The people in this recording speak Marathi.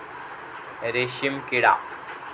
रेशीमकिडा